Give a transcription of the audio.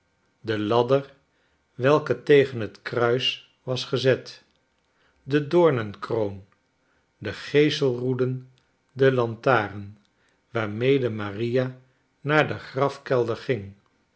de ladder welke tegen het kruis was gezet de doornenkroon de geeselroeden de lantaren waarmede maria naar den grafkelder ging